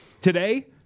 today